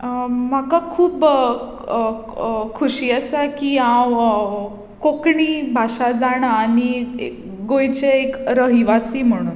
म्हाका खूब खोशी आसा की हांव कोंकणी भाशा जाणा आनी गोंयचें एक रहिवाशी म्हूण